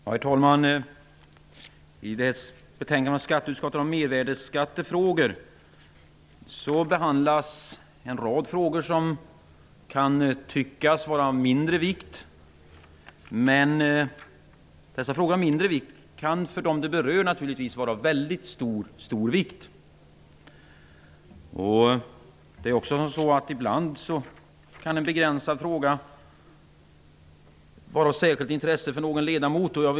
Herr talman! I betänkandet om mervärdesskattefrågor behandlas en rad frågor som kan tyckas vara av mindre vikt. Men dessa frågor av mindre vikt kan naturligtvis vara av väldigt stor vikt för dem de berör. Ibland kan en begränsad fråga vara av särskilt intresse för någon ledamot.